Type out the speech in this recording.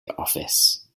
office